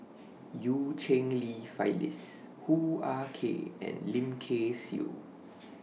EU Cheng Li Phyllis Hoo Ah Kay and Lim Kay Siu